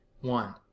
One